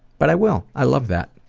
but i will. i love that,